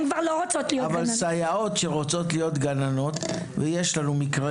סייעות שרוצות להית גננות - יש מקרה